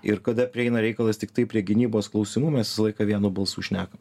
ir kada prieina reikalas tiktai prie gynybos klausimų mes visą laiką vienu balsu šnekam